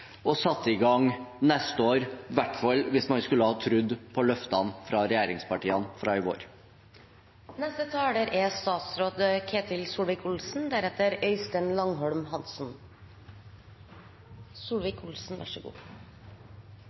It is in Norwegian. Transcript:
og det burde vært satt i gang neste år, i hvert fall hvis man skulle tro på løftene fra regjeringspartiene fra i vår. Det er